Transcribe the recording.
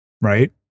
right